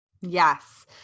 Yes